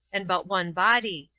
and but one body,